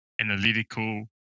analytical